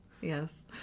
Yes